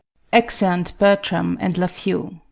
exeunt bertram and lafeu